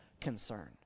concern